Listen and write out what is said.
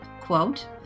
quote